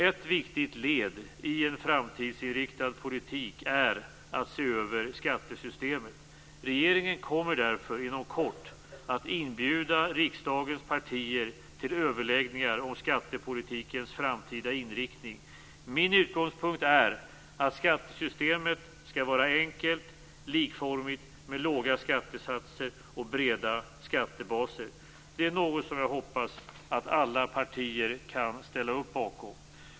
Ett viktigt led i en framtidsinriktad politik är att se över skattesystemet. Regeringen kommer därför inom kort att inbjuda riksdagens partier till överläggningar om skattepolitikens framtida inriktning. Min utgångspunkt är att skattesystemet skall vara enkelt och likformigt, med låga skattesatser och breda skattebaser. Det är något som jag hoppas att alla partier kan ställa upp bakom.